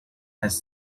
has